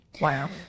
wow